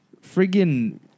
friggin